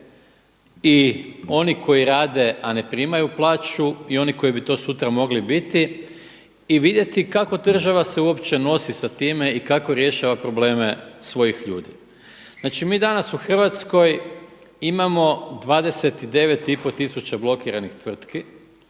i oni koji rade, a ne primaju plaću i oni koji bi to sutra mogli biti i vidjeti kako se država uopće nosi sa time i kako rješava probleme svojih ljudi. Znači mi danas u Hrvatskoj imamo 29,5 tisuća blokiranih tvrtki,